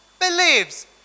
believes